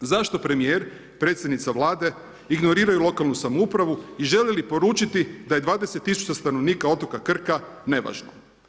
Zašto premijer, predsjednica Vlade ignoriraju lokalnu samoupravu i žele li poručiti da je 20 tisuća stanovnika otoka Krka nevažno?